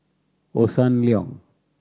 Hossan Leong